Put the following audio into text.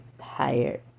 tired